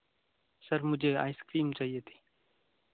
sir मुझे ice cream चाहिए थी